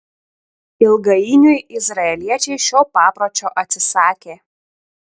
ilgainiui izraeliečiai šio papročio atsisakė